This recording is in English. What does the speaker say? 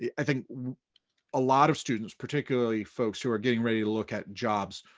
yeah i think a lot of students, particularly folks who are getting ready to look at jobs,